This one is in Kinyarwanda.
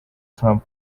trump